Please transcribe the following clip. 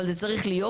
אבל זה צריך להיות